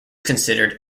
considered